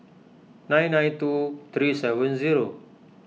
nine nine two three seven zero